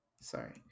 Sorry